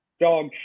Dog